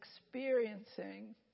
experiencing